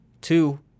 Two